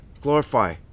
Glorify